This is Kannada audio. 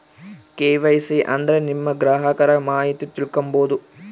ಕೆ.ವೈ.ಸಿ ಅಂದ್ರೆ ನಿಮ್ಮ ಗ್ರಾಹಕರ ಮಾಹಿತಿ ತಿಳ್ಕೊಮ್ಬೋದು